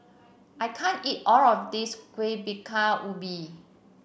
I can't eat all of this Kuih Bingka Ubi